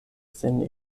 sen